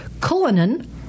Cullinan